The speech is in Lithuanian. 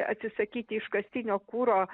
atsisakyti iškastinio kuro